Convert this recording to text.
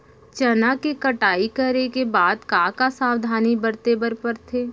चना के कटाई करे के बाद का का सावधानी बरते बर परथे?